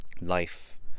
life